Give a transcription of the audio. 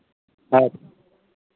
ᱦᱳᱭ